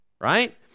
right